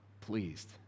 pleased